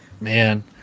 Man